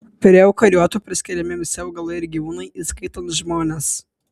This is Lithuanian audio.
prie eukariotų priskiriami visi augalai ir gyvūnai įskaitant žmones